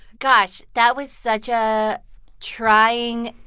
gosh. that was such a trying,